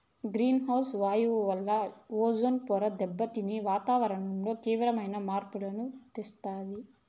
green house వాయువుల వలన ozone పొర దెబ్బతిని వాతావరణంలో తీవ్రమైన మార్పులను తెస్తుంది